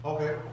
Okay